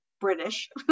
British